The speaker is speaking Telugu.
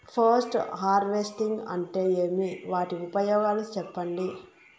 పోస్ట్ హార్వెస్టింగ్ అంటే ఏమి? వాటి ఉపయోగాలు చెప్పండి?